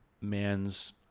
man's